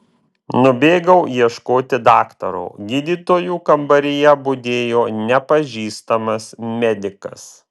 nubėgau ieškoti daktaro gydytojų kambaryje budėjo nepažįstamas medikas